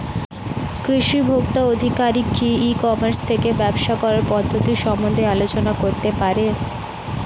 কৃষি ভোক্তা আধিকারিক কি ই কর্মাস থেকে ব্যবসা করার পদ্ধতি সম্বন্ধে আলোচনা করতে পারে?